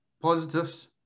positives